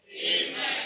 Amen